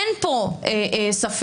אין כאן ספק,